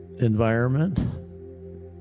environment